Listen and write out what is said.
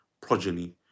progeny